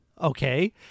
Okay